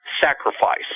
sacrifice